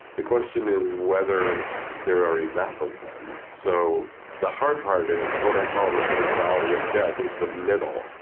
the question is whether there are enough of them. so the hard part is what i call the sort of valley of death, is the middle.